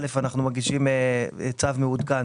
ראשית, בקרוב אנחנו מגישים צו מעודכן